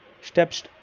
steps